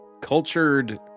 cultured